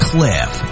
Cliff